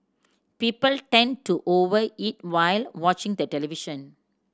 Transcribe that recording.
people tend to over eat while watching the television